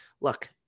Look